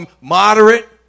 moderate